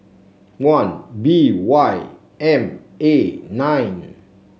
one B Y M A nine